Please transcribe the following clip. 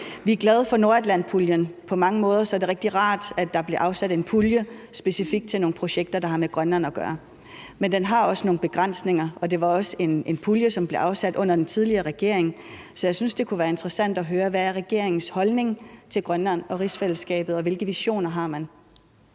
Vi er glade for nordatlantpuljen. På mange måder er det rigtig rart, at der bliver afsat en pulje specifikt til nogle projekter, der har med Grønland at gøre, men den har også nogle begrænsninger, og det er også en pulje, som blev afsat under den tidligere regering, så jeg synes, det kunne være interessant at høre: Hvad er regeringens holdning til Grønland og rigsfællesskabet, og hvilke visioner har man?